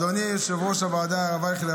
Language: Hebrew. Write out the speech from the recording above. אדוני יושב-ראש הוועדה הרב אייכלר,